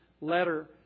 letter